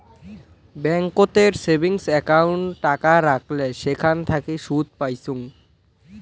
ব্যাংকোতের savings account টাকা রাখলে সেখান থাকি সুদ পাইচুঙ